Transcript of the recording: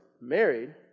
married